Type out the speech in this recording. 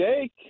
Jake